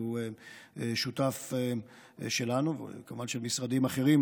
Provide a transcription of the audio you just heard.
שהוא שותף שלנו וכמובן של משרדים אחרים